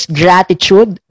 gratitude